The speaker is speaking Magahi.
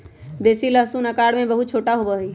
देसी लहसुन आकार में बहुत छोटा होबा हई